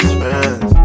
friends